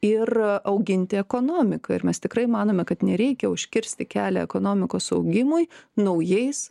ir auginti ekonomiką ir mes tikrai manome kad nereikia užkirsti kelią ekonomikos augimui naujais